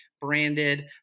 branded